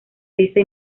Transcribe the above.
lisa